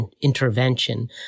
intervention